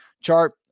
chart